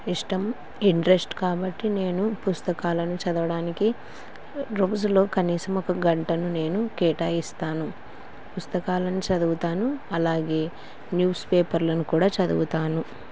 ఇష్టం ఇంట్రెస్ట్ కాబట్టి నేను పుస్తకాలను చదవడానికి రోజులో కనీసం ఒక గంటను నేను కేటాయిస్తాను పుస్తకాలను చదువుతాను అలాగే న్యూస్ పేపర్లను కూడా చదువుతాను